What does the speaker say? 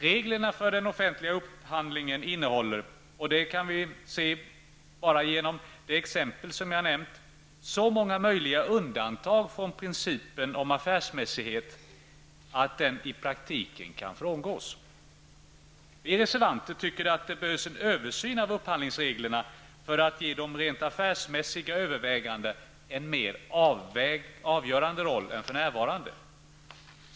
Reglerna för den offentliga upphandlingen innehåller -- det kan vi se bara genom de exempel som jag har nämnt -- så många möjliga undantag från principen om affärsmässighet att den i praktiken kan frångås. Vi reservanter tycker att det behövs en översyn av upphandlingsreglerna för att ge de rent affärsmässiga övervägandena en mer avgörande roll än de för närvarande har.